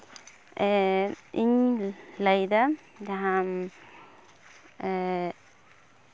ᱤᱧ ᱞᱟᱹᱭᱫᱟ ᱡᱟᱦᱟᱱ